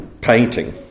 painting